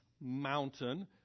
mountain